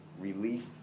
relief